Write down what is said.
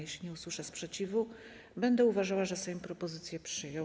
Jeśli nie usłyszę sprzeciwu, będę uważała, że Sejm propozycję przyjął.